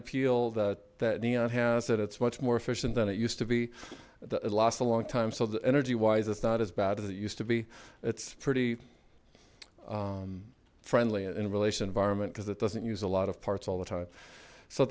appeal that neon has that it's much more efficient than it used to be the last a long time so the energy wise it's not as bad as it used to be it's pretty friendly in relation vironment because it doesn't use a lot of parts all the time so